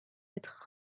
être